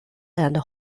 and